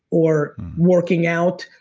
or working out.